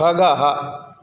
खगः